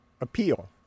appeal